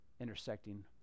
intersecting